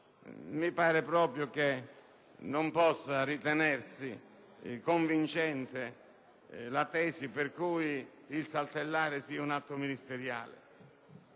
Mi sembra proprio che non possa ritenersi convincente la tesi per cui il saltellare sia un atto ministeriale: